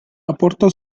aporta